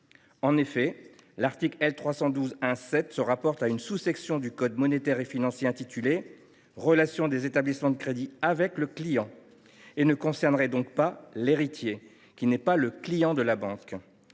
En effet, cet article se rapporte à une sous section du code monétaire et financier intitulée « Relations des établissements de crédit avec le client » et ne concernerait donc pas l’héritier, qui n’est pas le client de la banque.